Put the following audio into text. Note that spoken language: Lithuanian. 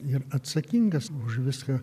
ir atsakingas už viską